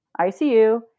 ICU